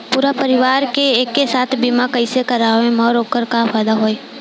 पूरा परिवार के एके साथे बीमा कईसे करवाएम और ओकर का फायदा होई?